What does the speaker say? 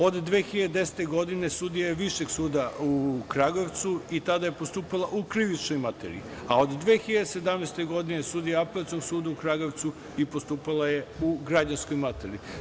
Od 2010. godine, sudija je Višeg suda u Kragujevcu, i tada je postupala u krivičnoj materiji, a od 2017. godine, sudija Apelacionog suda u Kragujevcu, i postupala je u građanskoj materiji.